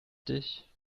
dich